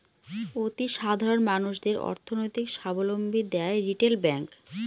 অতি সাধারণ মানুষদের অর্থনৈতিক সাবলম্বী দেয় রিটেল ব্যাঙ্ক